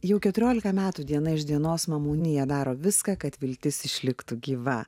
jau keturiolika metų diena iš dienos mamų unija daro viską kad viltis išliktų gyva